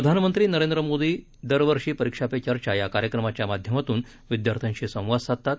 प्रधानमंत्री नरेंद्र मोदी दरवर्षी परीक्षा पे चर्चा या कार्यक्रमाच्या माध्यमात्न विद्यार्थ्यांशी संवाद साधतात